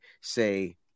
say